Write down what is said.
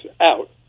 out